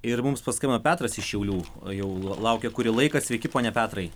ir mums paskambino petras iš šiaulių jau laukia kurį laiką sveiki pone petrai